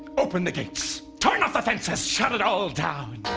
open the gates! turn off the fences, shut it all down!